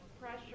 pressure